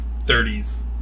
30s